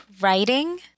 writing